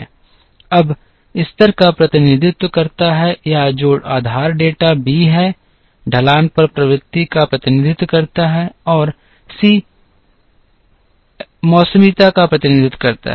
अब स्तर का प्रतिनिधित्व करता है या जो आधार डेटा बी है ढलान पर प्रवृत्ति का प्रतिनिधित्व करता है और सी मौसमीता का प्रतिनिधित्व करता है